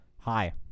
Hi